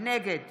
נגד